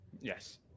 Yes